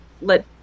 let